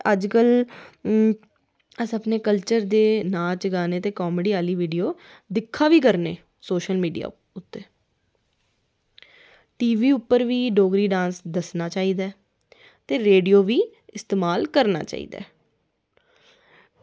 अज्जकल अस अपने कल्चर आह्ले नाच गाने ते कॉमेड़ी आह्ली वीडियो दिक्खा बी करने सोशल मीडिया उप्पर टीवी उप्पर बी डोगरी डांस दस्सना चाहिदा ऐ ते रेडियो बी इस्तेमाल करना चाहिदा ऐ